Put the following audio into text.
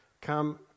come